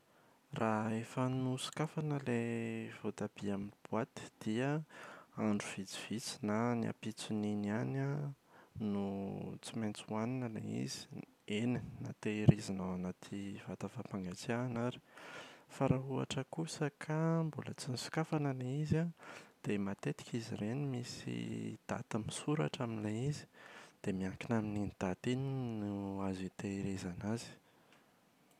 Raha efa nosokafana ilay voatabia amin’ny boaty dia andro vitsivitsy na ny ampitson’iny ihany an no tsy maintsy hoanina ilay izy. Eny na tehirizina ao anaty vata fampangatsiahana ary. Fa raha ohatra kosa ka mbola tsy nosokafana ilay izy an, dia matetika izy ireny misy daty misoratra amin’ilay izy, dia miankina amin’iny daty iny no azo hitehirizana azy.